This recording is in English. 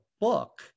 book